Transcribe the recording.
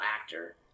actor